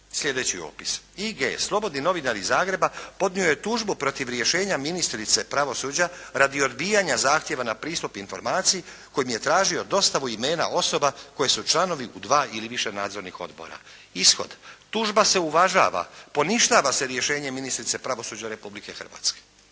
sjedeći opis: I.G. slobodni novinar iz Zagreba podnio je tužbu protiv rješenja ministrice pravosuđa radi odbijanja zahtjeva na pristup informaciji kojim je tražio dostavu imena osoba koje su članovi u dva ili više nadzornih odbora. Ishod: tužba se uvažava, poništava se rješenje ministrice pravosuđa Republike Hrvatske.